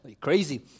crazy